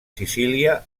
sicília